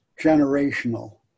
generational